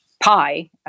pie